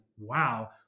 wow